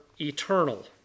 eternal